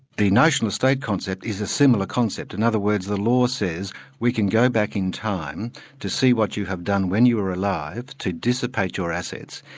the notional estate concept is a similar concept. in other words, the law says we can go back in time to see what you have done when you were alive, to dissipate your assets,